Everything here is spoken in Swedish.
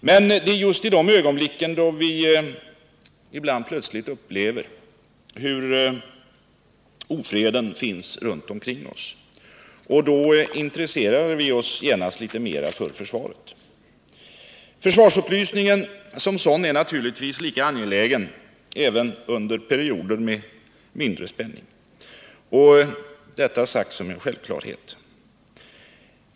Men det är just i sådana ögonblick vi ibland plötsligt upplever hur ofreden finns runt omkring oss, och då intresserar vi oss genast litet mera för försvaret. Försvarsupplysningen som sådan är naturligtvis lika angelägen under perioder med mindre spänning — detta sagt som en självklarhet.